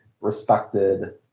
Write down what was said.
respected